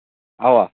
اَوا